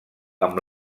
amb